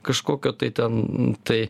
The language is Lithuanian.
kažkokio tai ten tai